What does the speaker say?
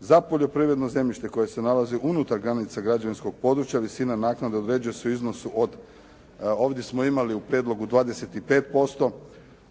Za poljoprivredno zemljište koje se nalazi unutar granica građevinskog područja, visina naknade određuje se u iznosu od, ovdje smo imali u prijedlogu 25%.